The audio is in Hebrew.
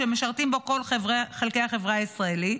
שמשרתים בו כל חלקי החברה הישראלית,